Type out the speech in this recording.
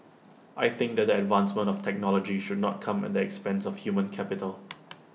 I think that the advancement of technology should not come at the expense of human capital